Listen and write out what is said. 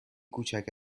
کوچک